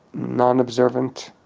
non-observant,